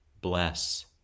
Bless